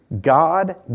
God